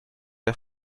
der